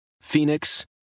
Phoenix